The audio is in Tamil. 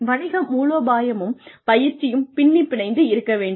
வணிக மூலோபாயமும் பயிற்சியும் பின்னிப் பிணைந்து இருக்க வேண்டும்